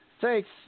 Thanks